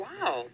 Wow